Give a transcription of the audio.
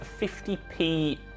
50p